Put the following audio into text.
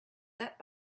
that